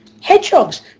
hedgehogs